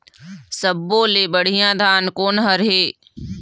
सब्बो ले बढ़िया धान कोन हर हे?